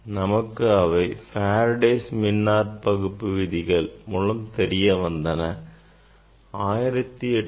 நமக்கு அவை Faradays மின்னாற்பகுப்பு விதிகள் மூலம் தெரியவந்தன